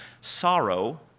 sorrow